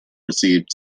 received